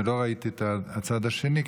ולא ראיתי את הצד השני,